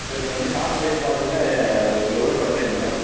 இப்போ நீங்கள் வந்து காஸ்ட்வைஸ் பார்த்தீங்கன்னா எவ் எவ்வளோ பட்ஜெட்டு மேடம்